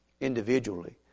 individually